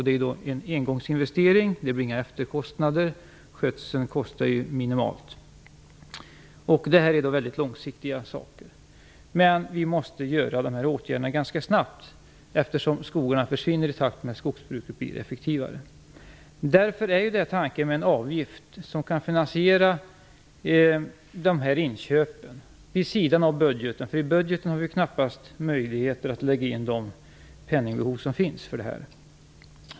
Det är då en engångsinvestering. Det blir inga efterkostnader, skötseln kostar ju minimalt. Det är alltså fråga om väldigt långsiktiga investeringar. Men vi måste vidta de här åtgärderna ganska snabbt, eftersom skogarna försvinner i takt med att skogsbruket blir effektivare. Tanken med en avgift är att man skall kunna finansiera dessa inköp vid sidan av budgeten. I budgeten har vi knappast möjligheter att lägga in det penningbehov som finns för detta.